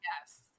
Yes